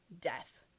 death